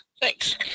Thanks